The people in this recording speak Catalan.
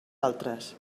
altres